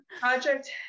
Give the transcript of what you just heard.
Project